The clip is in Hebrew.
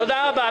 תודה רבה.